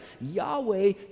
Yahweh